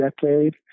decade